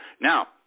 now